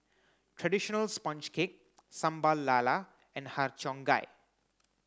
traditional sponge cake Sambal Lala and Har Cheong Gai